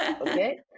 okay